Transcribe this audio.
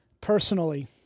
personally